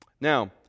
Now